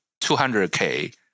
200k